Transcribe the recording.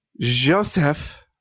Joseph